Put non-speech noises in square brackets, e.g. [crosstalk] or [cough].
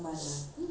[noise] I mean